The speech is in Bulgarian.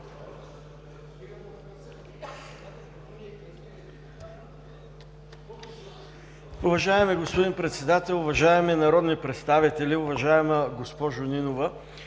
Уважаеми господин Председател, уважаеми народни представители! Уважаема госпожо Нинова,